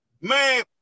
Man